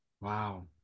Wow